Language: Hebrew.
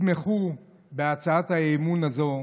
יתמכו בהצעת האי-אמון הזאת,